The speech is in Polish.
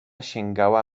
sięgała